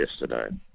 yesterday